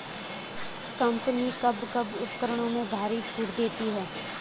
Company कब कब उपकरणों में भारी छूट देती हैं?